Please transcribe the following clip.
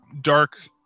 dark